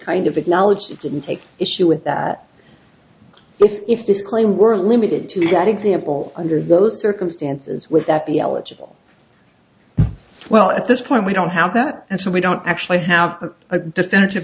kind of acknowledged it didn't take issue with that if if this claim were limited to that example under those circumstances with that the eligible well at this point we don't have that and so we don't actually have a definitive